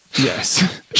Yes